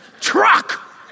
Truck